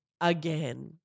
again